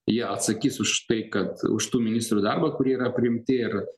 jie atsakys už tai kad už tų ministrų darbą kurie yra priimti ir